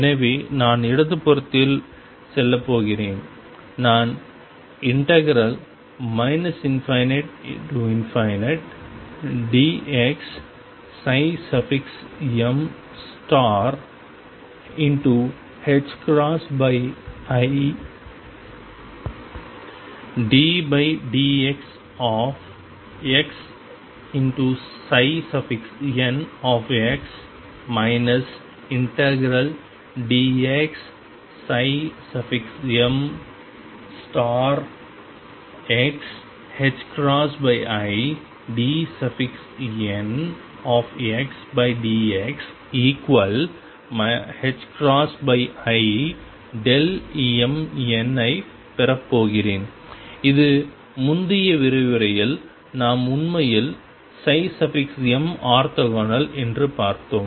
எனவே நான் இடது புறத்தில் செல்லப் போகிறேன் நான் ∞dx middxxn ∫dxm xi dnxdximn ஐப் பெறப் போகிறேன் இது முந்தைய விரிவுரையில் நாம் உண்மையில் m ஆர்த்தோகனல் என்று பார்த்தோம்